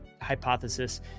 hypothesis